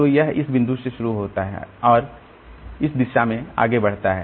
तो यह इस बिंदु से शुरू होता है और इस दिशा में आगे बढ़ता है